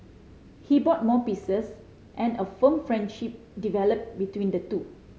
he bought more pieces and a firm friendship developed between the two